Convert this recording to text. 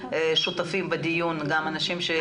הרבה אנשים שזקוקים לזה.